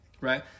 right